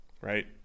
right